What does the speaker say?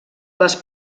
les